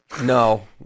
No